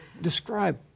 describe